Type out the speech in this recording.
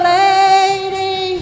lady